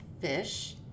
fish